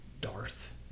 Darth